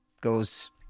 goes